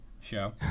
show